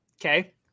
okay